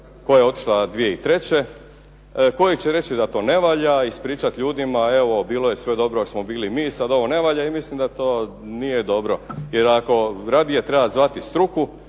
koja je otišla 2003. koji će reći da to ne valja, ispričati ljudima, evo bilo je sve dobro dok smo bili mi, sada ovo ne valja i mislim da to nije dobro. Jer ako radije treba zvati struku,